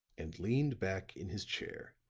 and leaned back in his chair.